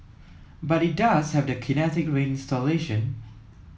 but it does have the Kinetic Rain installation